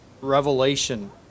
revelation